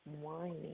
whining